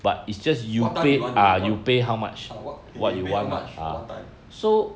what time you want to what ah what K you pay how much and what time